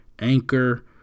Anchor